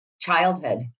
childhood